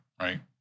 right